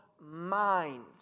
mind